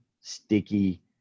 sticky